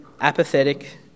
apathetic